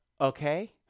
Okay